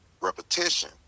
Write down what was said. repetition